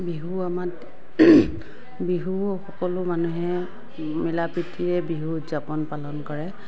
বিহু আমাৰ বিহু সকলো মানুহে মিলাপ্ৰীতিৰে বিহু উদযাপন পালন কৰে